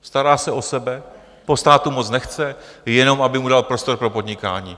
Stará se o sebe, po státu moc nechce, jenom aby mu dal prostor pro podnikání.